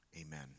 amen